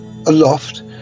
Aloft